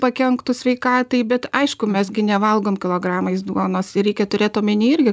pakenktų sveikatai bet aišku mes gi nevalgom kilogramais duonos ir reikia turėt omeny irgi